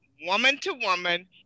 woman-to-woman